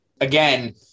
again